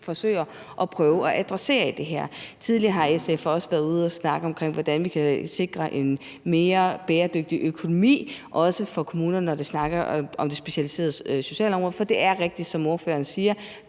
forsøger at adressere i det her. Tidligere har SF også været ude at snakke om, hvordan vi kan sikre en mere bæredygtig økonomi, også for kommunerne, når det handler om det specialiserede socialområde. For det er rigtigt, som ordføreren siger,